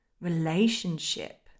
relationship